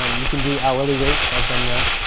um you can do hourly rates i've done that.